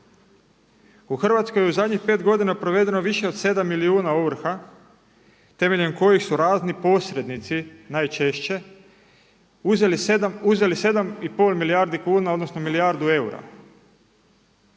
U Hrvatskoj je u zadnjih 5 godina provedeno više od 7 milijuna ovrha temeljem kojih su razni posrednici najčešće uzeli 7,5 milijardi kuna odnosno milijardu eura.